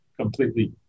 completely